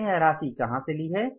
मैंने यह राशि कहा से ली है